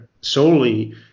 Solely